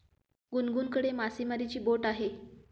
गुनगुनकडे मासेमारीची बोट आहे